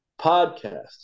podcast